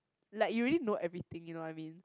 like you already know everything you know what I mean